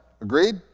Agreed